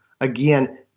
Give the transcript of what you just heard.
Again